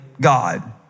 God